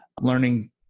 learning